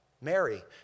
Mary